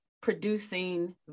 producing